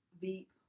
Beep